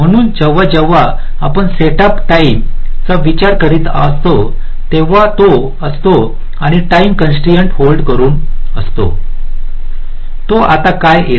म्हणून जेव्हा जेव्हा आपण सेटअप टाईमचा विचार करीत असतो तेव्हाच तो असतो आणि टाईम कॉन्स्ट्राइन्ट होल्ड करून तो आत का येतो